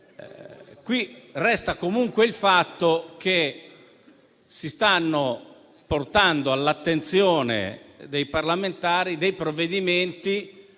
qui resta comunque il fatto che si stanno portando all'attenzione dei parlamentari provvedimenti